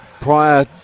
prior